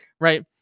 right